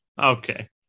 Okay